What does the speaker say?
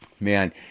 Man